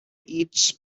eats